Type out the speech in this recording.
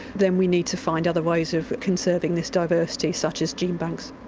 then we need to find other ways of conserving this diversity, such as gene banks.